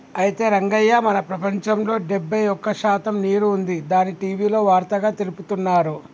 అయితే రంగయ్య మన ప్రపంచంలో డెబ్బై ఒక్క శాతం నీరు ఉంది అని టీవీలో వార్తగా తెలుపుతున్నారు